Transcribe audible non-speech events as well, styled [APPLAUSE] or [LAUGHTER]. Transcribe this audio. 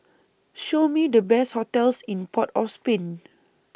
Show Me The Best hotels in Port of Spain [NOISE]